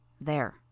There